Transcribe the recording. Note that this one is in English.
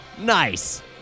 Nice